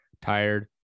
tired